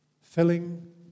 filling